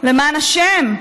למען השם.